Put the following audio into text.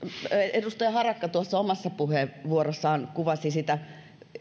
edustaja harakka tuossa omassa puheenvuorossaan kuvasi sitä